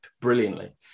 brilliantly